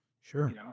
Sure